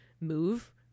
move